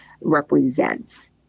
represents